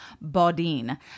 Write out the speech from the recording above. Baudin